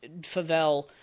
favel